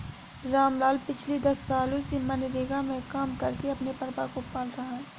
रामलाल पिछले दस सालों से मनरेगा में काम करके अपने परिवार को पाल रहा है